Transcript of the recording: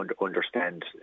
understand